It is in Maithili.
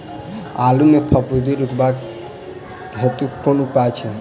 आलु मे फफूंदी रुकबाक हेतु कुन उपाय छै?